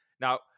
Now